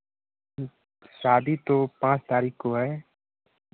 शादी तो पाँच तारीख को है